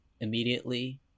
immediately